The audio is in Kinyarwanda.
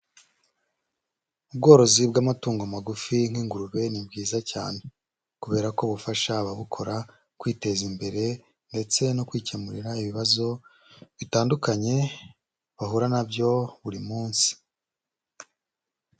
Ubworozi bw'amatungo magufi nk'ingurube ni bwiza cyane. Kubera ko bufasha ababukora kwiteza imbere, ndetse no kwikemurira ibibazo bitandukanye, bahura na byo buri munsi.